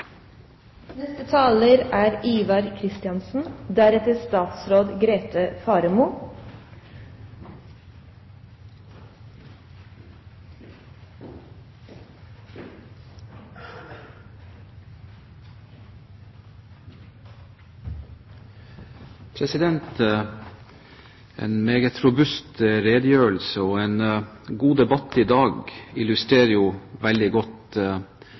En meget robust redegjørelse og en god debatt i dag illustrerer veldig godt